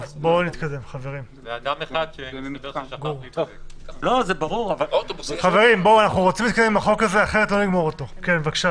בבקשה,